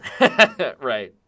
Right